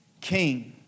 King